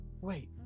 Wait